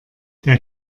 der